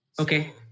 Okay